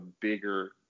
bigger